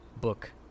Book